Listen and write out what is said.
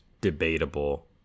debatable